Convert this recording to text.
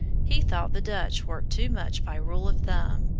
he thought the dutch worked too much by rule of thumb,